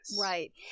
Right